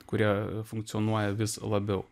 kurie funkcionuoja vis labiau